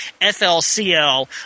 FLCL